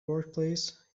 workplace